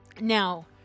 Now